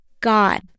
God